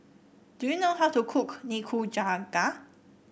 do you know how to cook Nikujaga